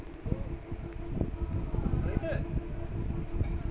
वित्तीय इंजनियरिंग सब कंपनी वित्त के जोखिम से बचे खातिर काम करत हवे